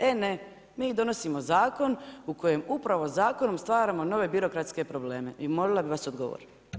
E ne, mi donosimo zakon u kojem upravo zakonom stvaramo nove birokratske probleme i molila bih vas odgovor.